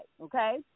okay